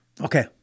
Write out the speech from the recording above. Okay